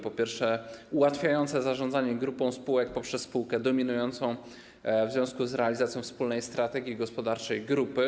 Po pierwsze, są przepisy ułatwiające zarządzanie grupą spółek poprzez spółkę dominującą w związku z realizacją wspólnej strategii gospodarczej grupy.